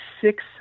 six